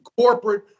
corporate